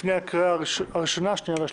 לפני הקריאה הראשונה, השנייה ושלישית.